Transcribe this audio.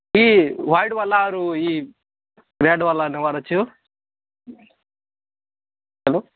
ଇ white ବାଲା ଆରୁ ଇ ରେଡ଼୍ ବାଲା ନେବାର ଅଛି ହୋ ହ୍ୟାଲୋ